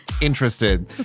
interested